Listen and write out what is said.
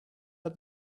out